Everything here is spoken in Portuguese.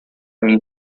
mim